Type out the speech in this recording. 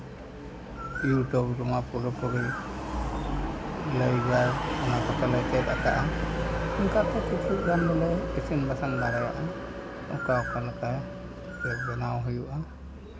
New town ᱨᱮᱢᱟ ᱯᱩᱨᱟᱹᱯᱩᱨᱤ ᱚᱱᱠᱟ ᱠᱤᱪᱷᱩᱜᱟᱱ ᱫᱚᱞᱮ ᱤᱥᱤᱱ ᱵᱟᱥᱟᱝ ᱫᱟᱲᱮᱭᱟᱜᱼᱟ ᱚᱠᱟ ᱠᱚ ᱞᱮᱠᱟ ᱵᱮᱱᱟᱣ ᱦᱩᱭᱩᱜᱼᱟ